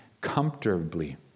comfortably